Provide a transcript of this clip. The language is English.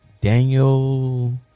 Daniel